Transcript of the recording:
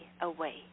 away